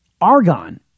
Argon